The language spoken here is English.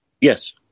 Yes